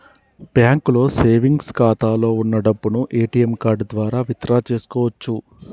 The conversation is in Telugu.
బ్యాంకులో సేవెంగ్స్ ఖాతాలో వున్న డబ్బును ఏటీఎం కార్డు ద్వారా విత్ డ్రా చేసుకోవచ్చు